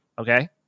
Okay